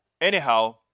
anyhow